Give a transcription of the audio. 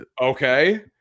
Okay